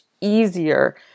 easier